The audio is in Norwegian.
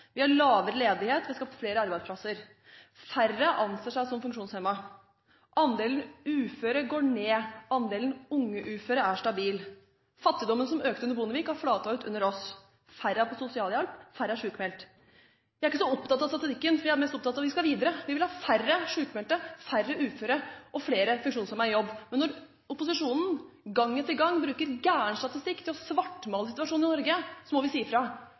Vi har lavere ledighet, og vi har skapt flere arbeidsplasser. Færre anser seg som funksjonshemmet. Andelen uføre går ned, og andelen unge uføre er stabil. Fattigdommen, som økte under Bondevik, har flatet ut under oss. Færre er på sosialhjelp, og færre er sykemeldt. Jeg er ikke så opptatt av statistikken, for jeg er mest opptatt av at vi skal videre. Vi vil ha færre sykemeldte og uføre, og vi vil ha flere funksjonshemmede i jobb. Men når opposisjonen gang etter gang bruker feil statistikk til å svartmale situasjonen i Norge, må vi si fra.